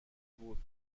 بود